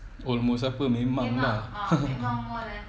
almost apa memang lah